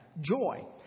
joy